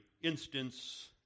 instance